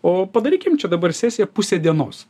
o padarykim čia dabar sesiją pusę dienos